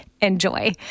enjoy